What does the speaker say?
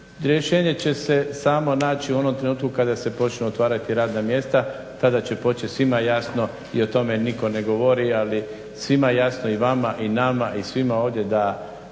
rješenje će se samo naći u onom trenutku kada se počnu otvarati radna mjesta tada će počet svima jasno i o tome nitko ne govori ali svim jasno i vama i nama i svim ovdje da